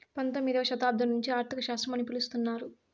పంతొమ్మిదవ శతాబ్దం నుండి ఆర్థిక శాస్త్రం అని పిలుత్తున్నారు